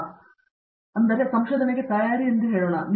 ಪ್ರತಾಪ್ ಹರಿಡೋಸ್ ಹೇಳುವುದಾದರೆ ಸಂಶೋಧನೆಗೆ ತಯಾರಿ ಎಂದು ಹೇಳೋಣ